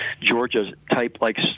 Georgia-type-like